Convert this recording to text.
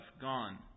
gone